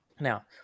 now